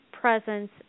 presence